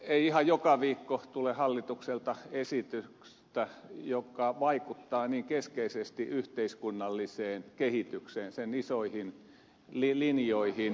ei ihan joka viikko tule hallitukselta esitystä joka vaikuttaa niin keskeisesti yhteiskunnalliseen kehitykseen sen isoihin linjoihin